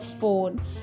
phone